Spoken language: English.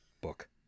book